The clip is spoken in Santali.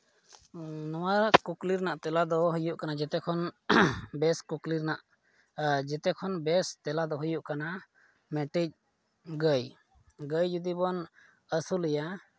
ᱱᱚᱣᱟ ᱠᱩᱠᱞᱤ ᱨᱮᱱᱟᱜ ᱛᱮᱞᱟ ᱫᱚ ᱦᱩᱭᱩᱜ ᱠᱟᱱᱟ ᱡᱮᱛᱮ ᱠᱷᱚᱱ ᱵᱮᱥ ᱠᱩᱠᱞᱤ ᱨᱮᱱᱟᱜ ᱡᱮᱛᱮ ᱠᱷᱚᱱ ᱵᱮᱥ ᱛᱮᱞᱟ ᱫᱚ ᱦᱩᱭᱩᱜ ᱠᱟᱱᱟ ᱢᱤᱫᱴᱤᱡ ᱜᱟᱹᱭ ᱜᱟᱹᱭ ᱡᱩᱫᱤ ᱵᱚᱱ ᱟᱹᱥᱩᱞᱮᱭᱟ